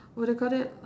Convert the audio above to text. what do you call that